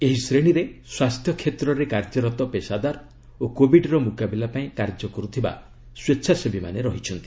ଏହି ଶ୍ରେଣୀରେ ସ୍ୱାସ୍ଥ୍ୟ କ୍ଷେତ୍ରରେ କାର୍ଯ୍ୟରତ ପେଶାଦାର ଓ କୋବିଡ୍ର ମୁକାବିଲା ପାଇଁ କାର୍ଯ୍ୟ କରୁଥିବା ସ୍ୱେଚ୍ଛାସେବୀମାନେ ରହିଛନ୍ତି